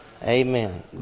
Amen